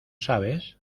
sabes